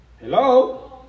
hello